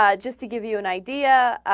um just to give you an idea ah.